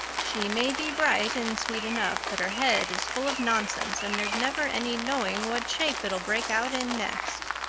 she may be bright and sweet enough, but her head is full of nonsense and there's never any knowing what shape it'll break out in next.